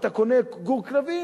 כשאתה קונה גור כלבים,